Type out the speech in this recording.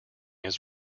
his